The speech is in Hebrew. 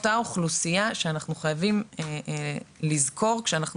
אותה אוכלוסייה שאנחנו חייבים לזכור כשאנחנו